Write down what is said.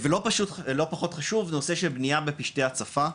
ולא פחות חשוב נושא של בנייה בפשטי הצפה,